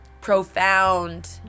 profound